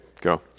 go